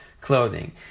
clothing